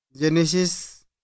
Genesis